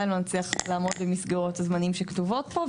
לא נצליח לעמוד במסגרות הזמנים שכתובות פה,